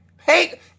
hey